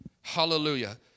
Hallelujah